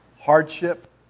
hardship